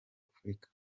afrika